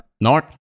North